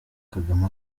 kagame